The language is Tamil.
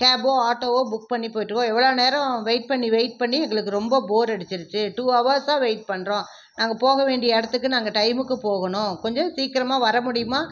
கேபோ ஆட்டோவோ புக் பண்ணி போயிடுவோம் எவ்வளோ நேரம் வெயிட் பண்ணி வெயிட் பண்ணி எங்களுக்கு ரொம்ப போர் அடிச்சிடுச்சு டூ ஹவர்ஸாக வெயிட் பண்ணுறோம் நாங்கள் போக வேண்டிய இடத்துக்கு நாங்கள் டைமுக்கு போகணும் கொஞ்சம் சீக்கரமா வரமுடியுமா